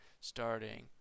starting